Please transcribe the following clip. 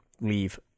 leave